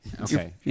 Okay